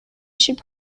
should